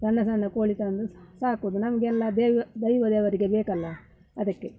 ಸಣ್ಣ ಸಣ್ಣ ಕೋಳಿ ತಂದು ಸಾಕುವುದು ನಮ್ಗೆಲ್ಲ ದೆವ್ವ ದೈವ ದೇವರಿಗೆ ಬೇಕಲ್ಲ ಅದಕ್ಕೆ